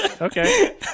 Okay